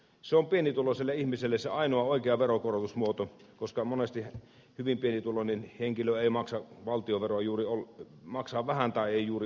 se on pienituloiselle ihmiselle se ainoa oikea veronkorotusmuoto koska monesti hyvin pienituloinen henkilö ei maksa valtionvero juuri oulun maksaa valtionveroa vähän tai ei juuri ollenkaan